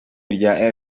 rya